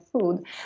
food